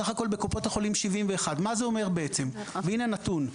סך הכול בקופות החולים 71. מה זה אומר בעצם: הנה נתון.